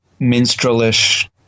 minstrelish